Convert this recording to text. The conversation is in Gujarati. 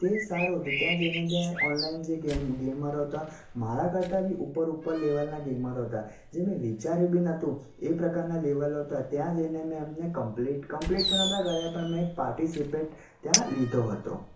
તે સારો હતો ત્યાં જઈને તે ઓનલાઈન જે ગેમ ગેમર હતા મારા કરતાં બી ઉપર ઉપર લેવલના ગેમરો હતાં જે મેં વિચાર્યું બી નહોતું એ પ્રકારના લેવલો હતા ત્યાં જઈને મેં એમને કંપલિટ કંપલિટ તો નહોતા કર્યા પણ મેં પાર્ટીસિપેટ ત્યાં લીધો હતો